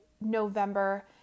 November